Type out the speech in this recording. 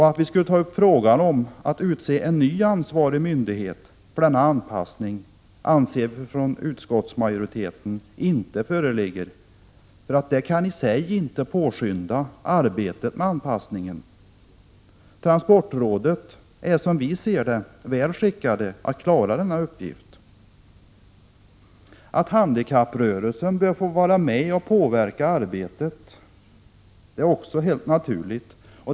Att nu ta upp frågan om att utse en ny ansvarig myndighet för denna anpassning anser utskottsmajoriteten inte lämpligt. Det kani sig inte påskynda arbetet med anpassningen. Transportrådet är, som vi i utskottsmajoriteten ser det, väl skickat att klara denna uppgift. Att handikapprörelsen bör få vara med och påverka arbetet är helt naturligt.